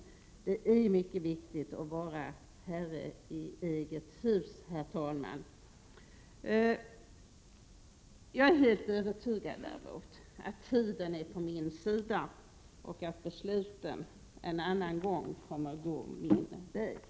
Det är, som jag sade tidigare, mycket viktigt att vara herre i eget hus, herr talman. Jag är helt övertygad om att tiden är på min sida och att besluten en annan gång kommer att gå min väg.